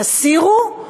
תסירו,